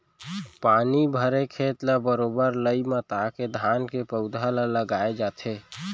पानी भरे खेत ल बरोबर लई मता के धान के पउधा ल लगाय जाथे